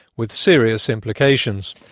with serious implications.